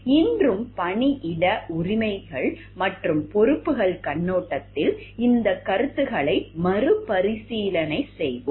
இன்றும் பணியிட உரிமைகள் மற்றும் பொறுப்புகள் கண்ணோட்டத்தில் இந்தக் கருத்துகளை மறுபரிசீலனை செய்வோம்